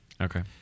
Okay